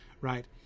right